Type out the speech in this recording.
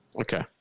Okay